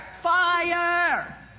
fire